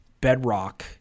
bedrock